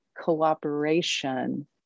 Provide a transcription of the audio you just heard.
cooperation